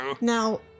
Now